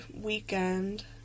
weekend